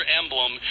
emblem